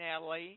Natalie